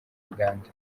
uganda